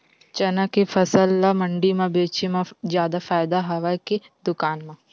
चना के फसल ल मंडी म बेचे म जादा फ़ायदा हवय के दुकान म?